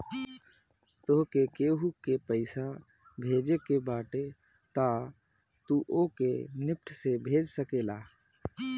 तोहके केहू के पईसा भेजे के बाटे तअ तू ओके निफ्ट से भेज सकेला